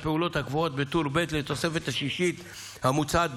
הפעולות הקבועות בטור ב' לתוספת השישית המוצעת,